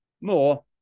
more